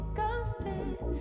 ghosting